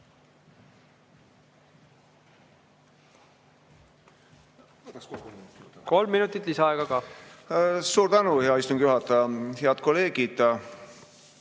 Kolm minutit lisaaega ka. Suur tänu, hea istungi juhataja! Head kolleegid!